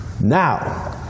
now